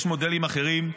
יש מודלים אחרים.